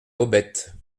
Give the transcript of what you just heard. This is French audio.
hobette